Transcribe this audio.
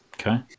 Okay